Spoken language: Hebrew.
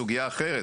סוגיה אחרת,